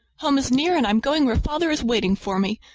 home is near, and i'm going where father is waiting for me.